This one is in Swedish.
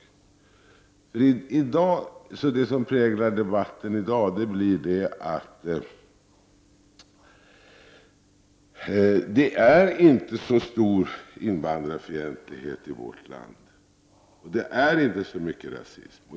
Det som präglar debatten i dag är att det inte är så stor invandrarfientlighet i vårt land och att det inte är så mycket rasism.